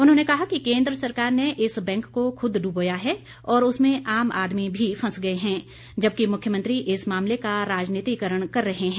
उन्होंने कहा कि केंद्र सरकार ने इस बैंक को खूद डबोया है और उसमें आम आदमी भी फंस गए हैं जबकि मुख्यमंत्री इस मामले का राजनीतिकरण कर रहे हैं